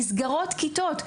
נסגרות כיתות.